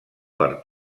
per